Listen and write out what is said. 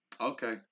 Okay